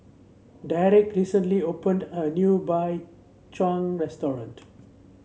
Deric recently opened a new Chang restaurant